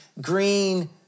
green